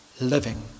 living